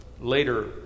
later